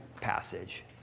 passage